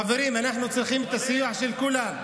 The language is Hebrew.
חברים, אנחנו צריכים את הסיוע של כולם.